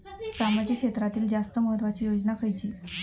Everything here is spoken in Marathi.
सामाजिक क्षेत्रांतील जास्त महत्त्वाची योजना खयची?